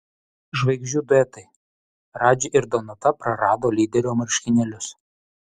žvaigždžių duetai radži ir donata prarado lyderio marškinėlius